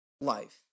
life